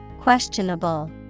Questionable